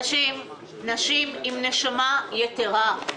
נשים בעלות נשמה יתרה,